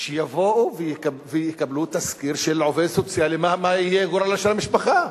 שיבואו ויקבלו תסקיר של עובד סוציאלי מה יהיה גורלה של המשפחה